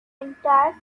entire